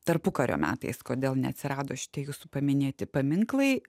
tarpukario metais kodėl neatsirado šitie jūsų paminėti paminklai